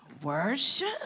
Worship